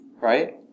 right